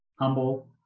humble